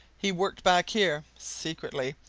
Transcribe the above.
he worked back here, secretly,